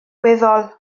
weddol